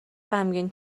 غمگین